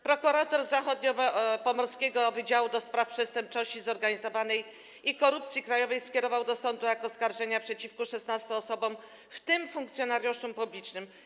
Prokurator zachodniopomorskiego wydziału do spraw przestępczości zorganizowanej i korupcji krajowej skierował do sądu akt oskarżenia przeciwko 16 osobom, w tym funkcjonariuszom publicznym.